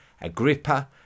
Agrippa